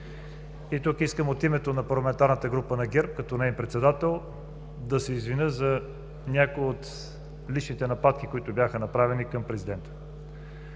и тук искам от името на парламентарната група на ГЕРБ, като неин председател да се извиня за някои от личните нападки, които бяха направени към президента,